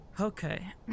Okay